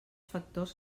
factors